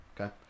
Okay